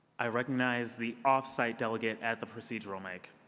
i recognize the off-site delegate at the procedural mic.